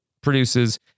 produces